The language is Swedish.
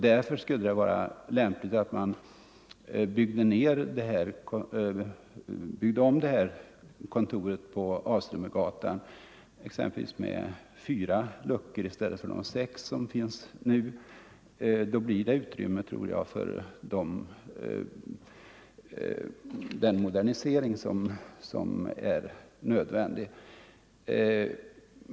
Därför skulle det vara lämpligt att bygga om och bevara det här kontoret på Alströmergatan med exempelvis fyra luckor i stället för de sex som nu finns. Då tror jag att det blir utrymme för den modernisering som är nödvändig.